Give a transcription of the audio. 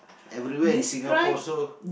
everywhere in Singapore also